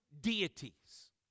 deities